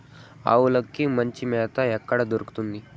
ఆవులకి మంచి మేత ఎక్కడ దొరుకుతుంది?